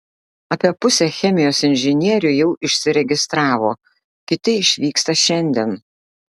apie pusę chemijos inžinierių jau išsiregistravo kiti išvyksta šiandien